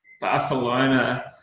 Barcelona